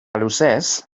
luzez